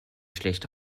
schlecht